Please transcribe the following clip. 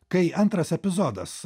kai antras epizodas